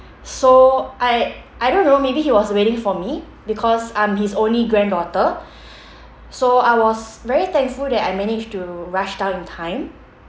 so I I don't know maybe he was waiting for me because I'm his only granddaughter so I was very thankful that I managed to rush down in time